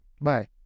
bye